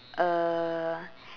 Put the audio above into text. uh